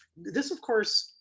this, of course,